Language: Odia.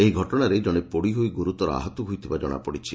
ଏହି ଘଟଶାରେ ଜଣେ ପୋଡ଼ି ହୋଇ ଗୁର୍ତ୍ୱର ଆହତ ହୋଇଥିବା ଜଣାପଡ଼ିଛି